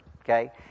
Okay